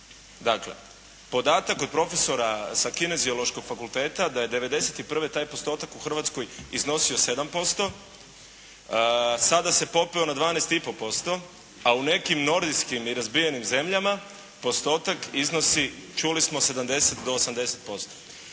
Dakle, podatak od profesora sa Kineziološkog fakulteta da je 91. taj postotak u Hrvatskoj iznosio 7%, sada se popeo na 12,5% a u nekim Nordijskim i razvijenim zemljama postotak iznosi čuli smo 70 do 80%.